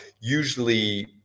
usually